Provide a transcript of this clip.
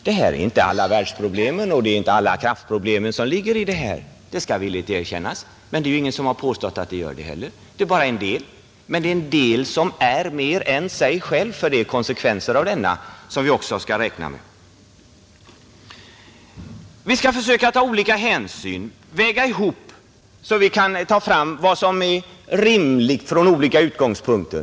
Det här är inte alla världsproblemen, och alla kraftproblem ligger inte i detta — det skall villigt erkännas — men det är ingen som har påstått att de gör det heller. Det gäller här bara en del, men det är en del som är mer än sig själv, för det blir konsekvenser som vi också skall räkna med. Vi skall försöka ta olika hänsyn — väga ihop synpunkterna så att vi får fram vad som är rimligt från olika utgångspunkter.